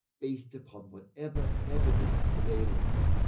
based upon whatever evidence is available.